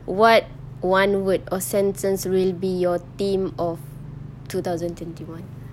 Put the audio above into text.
what one word or sentence will be your theme of two thousand twenty one